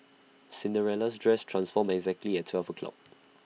Cinderella's dress transformed exactly at twelve o'clock